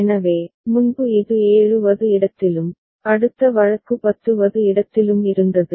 எனவே முன்பு இது 7 வது இடத்திலும் அடுத்த வழக்கு 10 வது இடத்திலும் இருந்தது